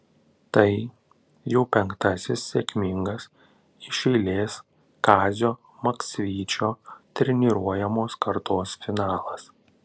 tai jau penktasis sėkmingas iš eilės kazio maksvyčio treniruojamos kartos finalas